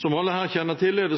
Som alle her kjenner til, er